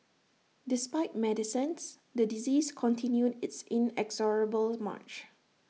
despite medicines the disease continued its inexorable March